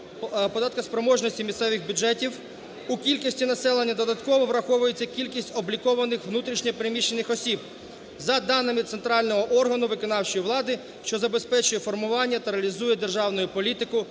податкоспроможності місцевих бюджетів у кількості населення додатково враховується кількість облікованих внутрішньо переміщених осіб за даними центрального органу виконавчої влади, що забезпечує формування та реалізує державну політику